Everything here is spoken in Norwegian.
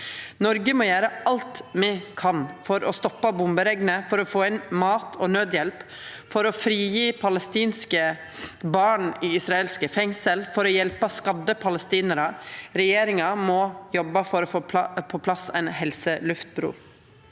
Noreg må gjere alt me kan for å stoppe bomberegnet, for å få inn mat og naudhjelp, for å frigje palestinske barn i israelske fengsel, for å hjelpe skadde palestinarar. Regjeringa må jobbe for å få på plass ei helseluftbru.